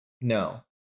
No